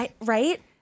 Right